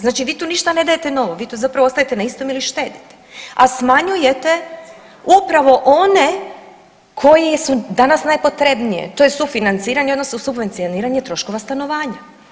Znači vi tu ništa ne dajete novo, vi tu zapravo ostajete na istom ili štedite, a smanjujete upravo one koje su danas najpotrebnije, a to je sufinanciranje, odnosno subvencioniranje troškova stanovanja.